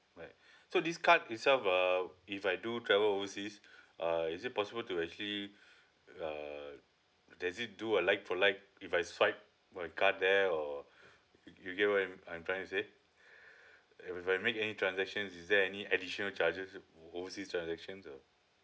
alright so this card itself uh if I do travel overseas uh is it possible to actually uh does it do a like for like if I swipe my card there or you get what I'm I'm trying to say and what if I make any transactions is there any additional charges overseas transaction or